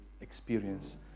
experience